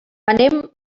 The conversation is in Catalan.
anem